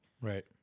Right